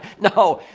no.